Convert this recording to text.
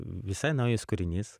visai naujas kūrinys